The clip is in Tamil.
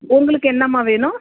உங்களுக்கு என்னம்மா வேணும்